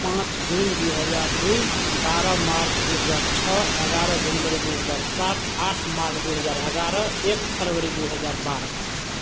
पाँच जून दुइ हजार दुइ बारह मार्च दुइ हजार छओ एगारह जनवरी दुइ हजार सात आठ मार्च दुइ हजार एगारह एक फरवरी दुइ हजार बारह